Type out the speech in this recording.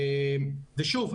ושוב,